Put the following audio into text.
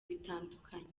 bitandukanye